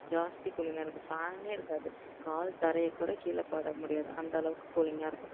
ஜாஸ்தி கூலிங்காக இருக்கும் ஃபேனே இருக்காது கால் தரையை கூட கீழே படமுடியாது அந்தளவுக்கு கூலிங்காக இருக்கும்